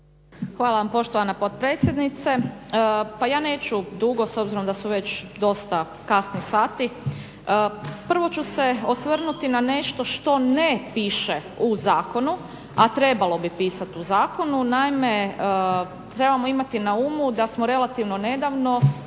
Hvala vam poštovana potpredsjednice. Pa ja neću dugo s obzirom da su već dosta kasni sati. Prvo ću se osvrnuti na nešto što ne piše u zakonu a trebalo bi pisati u Zakonu. Naime, trebamo imati na umu da smo relativno nedavno